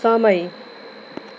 समय